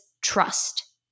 trust